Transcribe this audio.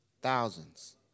Thousands